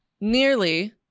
Nearly